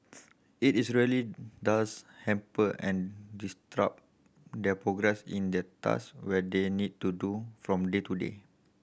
it is really does hamper and disrupt their progress in the task when they need to do from day to day